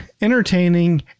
entertaining